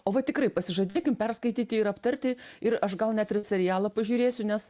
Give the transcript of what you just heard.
o vat tikrai pasižadėkim perskaityti ir aptarti ir aš gal net ir serialą pažiūrėsiu nes